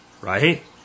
right